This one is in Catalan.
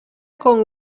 com